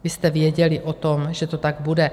Vy jste věděli o tom, že to tak bude.